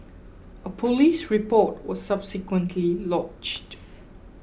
a police report was subsequently lodged